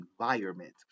environment